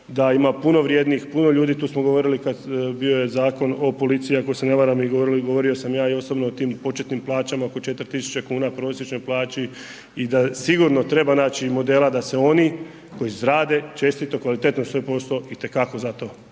da ima puno vrijednih, puno ljudi, tu smo govorili, bio je Zakon o policiji ako se ne varam i govorio sam ja i osobno o tim početnim plaćama oko 4000 kuna prosječnoj plaći i da sigurno treba naći modela da se oni koji rade čestito, kvalitetno svoj posao itekako zato